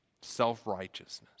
self-righteousness